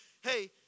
hey